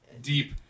deep